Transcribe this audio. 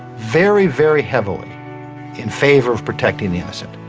very, very heavily in favor of protecting the innocent.